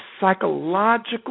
psychological